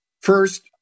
First